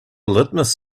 litmus